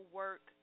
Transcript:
work